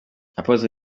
apotre